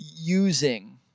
using